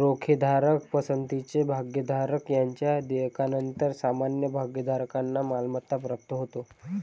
रोखेधारक, पसंतीचे भागधारक यांच्या देयकानंतर सामान्य भागधारकांना मालमत्ता प्राप्त होते